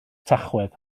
tachwedd